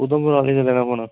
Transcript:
उथमपुरै दा गै लेई देना पौना